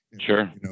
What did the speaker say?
Sure